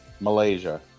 Malaysia